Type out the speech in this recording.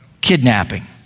kidnapping